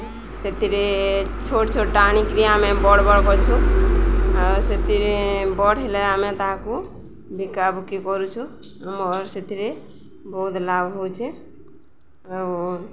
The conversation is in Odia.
ଆଉ ସେଥିରେ ଛୋଟ ଛୋଟ ଟାଣିକିରି ଆମେ ବଡ଼ ବଡ଼ କରଛୁ ଆଉ ସେଥିରେ ବଡ଼ ହେଲେ ଆମେ ତାହାକୁ ବିକାବିକି କରୁଛୁ ଆମ ସେଥିରେ ବହୁତ ଲାଭ ହେଉଛି ଆଉ